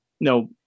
no